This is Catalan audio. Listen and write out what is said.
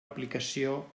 aplicació